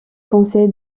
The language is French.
conseil